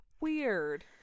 Weird